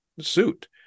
suit